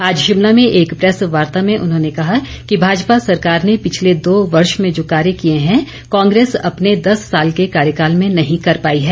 आज शिमला में एक प्रेस वार्ता में उन्होंने कहा कि भाजपा सरकार ने पिछले दो वर्ष में जो कार्य किए हैं कांग्रेस अपने दस साल के कार्यकाल में नहीं कर पाई है